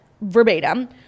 verbatim